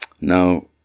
Now